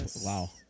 Wow